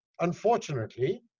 unfortunately